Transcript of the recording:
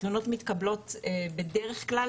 התלונות מתקבלות בדרך כלל,